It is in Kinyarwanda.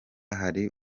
hari